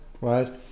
right